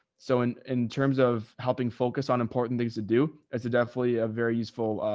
so in in terms of helping focus on important things to do as a definitely a very useful,